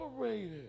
separated